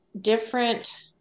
different